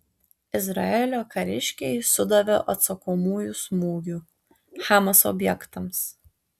izraelio kariškiai sudavė atsakomųjų smūgių hamas objektams